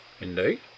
Indeed